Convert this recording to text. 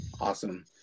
Awesome